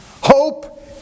Hope